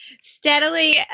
steadily